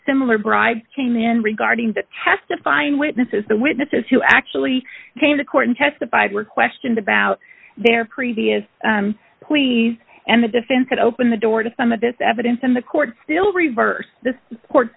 similar bribes came in regarding the testifying witnesses the witnesses who actually came to court and testified were questioned about their previous plea and the defense could open the door to some of this evidence in the court still reverse the court